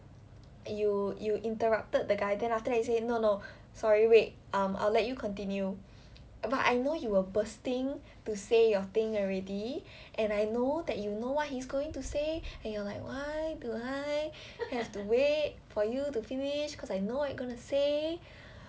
you you interrupted the guy then after you say no no sorry wait um I'll let you continue but I know you were bursting to say your thing already and I know that you know what he's going to say and you're like why do I have to wait for you to finish cause I know what you're going to say